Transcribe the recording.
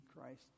Christ